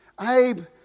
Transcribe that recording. Abe